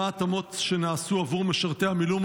מה ההתאמות שנעשו עבור משרתי המילואים